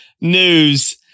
news